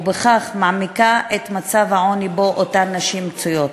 ובכך מעמיקה את מצב העוני שבו אותן נשים מצויות.